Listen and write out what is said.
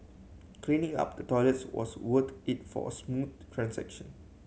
cleaning up the toilet was worth it for a smooth transaction